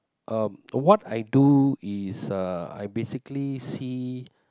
um what I do is uh I basically see